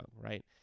right